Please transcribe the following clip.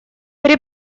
при